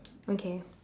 okay